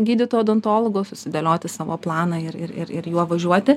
gydytojo odontologo susidėlioti savo planą ir ir juo važiuoti